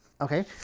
Okay